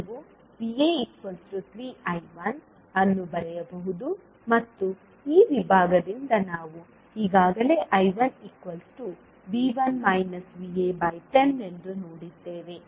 ನೀವು Va3I1 ಅನ್ನು ಬರೆಯಬಹುದು ಮತ್ತು ಈ ವಿಭಾಗದಿಂದ ನಾವು ಈಗಾಗಲೇ I110 ಎಂದು ನೋಡಿದ್ದೇವೆ